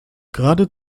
gerade